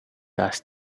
does